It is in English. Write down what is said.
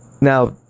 Now